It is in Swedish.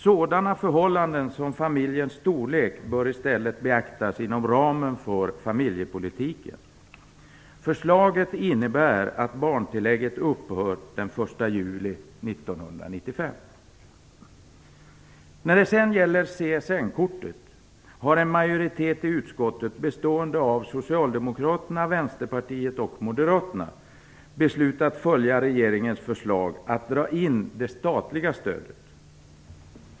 Sådana förhållanden som familjens storlek bör i stället beaktas inom ramen för familjepolitiken. Förslaget innebär att barntillägget upphör den 1 juli 1995. När det sedan gäller CSN-kortet har en majoritet i utskottet bestående av Socialdemokraterna, Vänsterpartiet och Moderaterna beslutat följa regeringens förslag att dra in det statliga stödet.